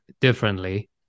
differently